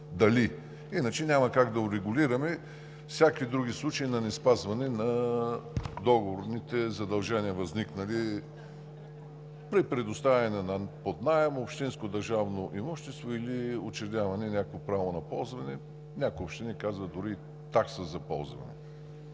дали. Иначе няма как да урегулираме всякакви други случаи на неспазване на договорните задължения, възникнали при предоставяне под наем на общинско, държавно имущество или учредяване на някакво право на ползване. Някои общини дори казват: „такса за ползване“.